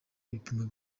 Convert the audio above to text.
ibipimo